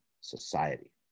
society